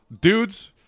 dudes